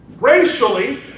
Racially